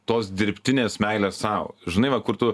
tos dirbtinės meilės sau žinai va kur tu